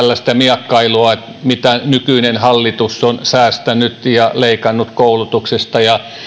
miekkailua siitä mitä nykyinen hallitus on säästänyt ja leikannut koulutuksesta ja